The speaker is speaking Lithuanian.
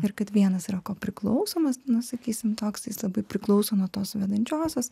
ir kaip vienas yra ko priklausomas na sakysim toks jis labai priklauso nuo tos vedančiosios